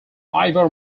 ivor